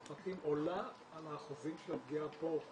צרפתים עולה על האחוזים של פגיעה פה.